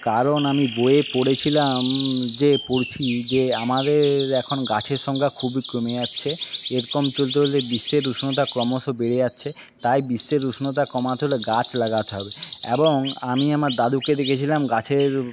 কারণ আমি বইয়ে পড়েছিলাম যে পড়ছি যে আমাদের এখন গাছের সংখ্যা খুবই কমে যাচ্ছে এরকম চলতে চলতে বিশ্বের উষ্ণতা ক্রমশ বেড়ে যাচ্ছে তাই বিশ্বের উষ্ণতা কমাতে হলে গাছ লাগাতে হবে এবং আমি আমার দাদুকে দেখেছিলাম গাছের